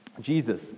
Jesus